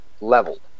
Leveled